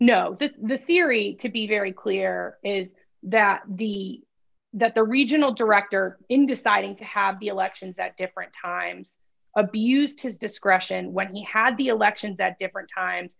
know this the theory could be very clear is that the that the regional director in deciding to have the elections that different times abused his discretion when he had the election that different times